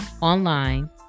online